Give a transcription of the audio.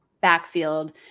backfield